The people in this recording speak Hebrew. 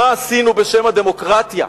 מה עשינו בשם הדמוקרטיה,